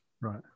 right